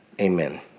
Amen